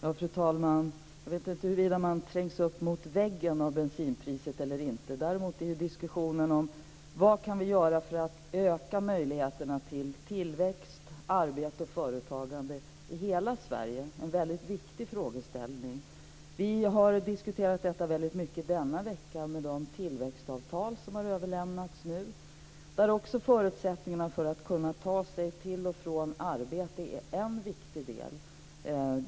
Fru talman! Jag vet inte om man trängs upp mot väggen av bensinpriset eller inte. Däremot är det som vi kan göra för att öka möjligheterna till tillväxt, arbete och företagande i hela Sverige en väldigt viktig fråga. Vi har diskuterat detta väldigt mycket denna vecka i samband med de tillväxtavtal som nu har överlämnats. I dessa är förutsättningarna för att kunna ta sig till och från arbete en viktig del.